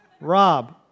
Rob